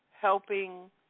helping